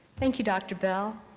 thank you, dr. bell.